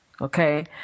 okay